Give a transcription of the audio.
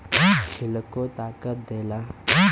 छिलको ताकत देला